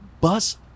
Bus